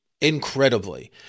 incredibly